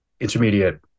intermediate